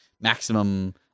maximum